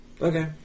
Okay